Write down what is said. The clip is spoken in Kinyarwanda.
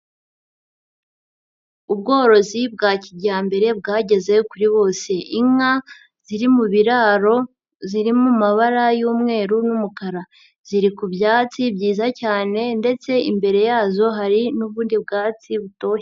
Ubworozi bwa kijyambere bwageze kuri bose, inka ziri mu biraro ziri mu mabara y'umweru n'umukara ziri ku byatsi byiza cyane ndetse imbere yazo hari n'ubundi bwatsi butoshye.